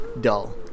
dull